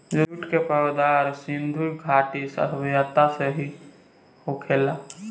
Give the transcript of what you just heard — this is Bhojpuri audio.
जूट के पैदावार सिधु घाटी सभ्यता से ही होखेला